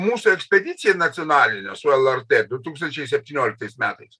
mūsų ekspedicija nacionalinė su lrt du tūkstančiai septynioliktais metais